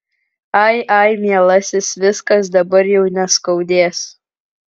ai ai mielasis viskas dabar jau neskaudės